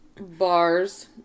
Bars